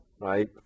right